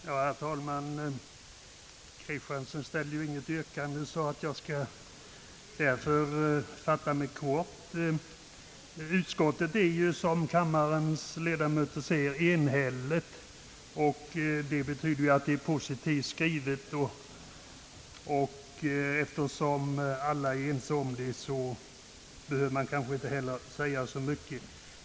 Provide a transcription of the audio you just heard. Herr talman! Herr Axel Kristiansson ställde ju inget yrkande, och jag skall därför fatta mig kort. Utskottsutlåtandet är ju, som kammarens ledamöter ser, enhälligt och det betyder att det är positivt skrivet, och eftersom alla är ense om det behöver man kanske inte heller säga så mycket om det här.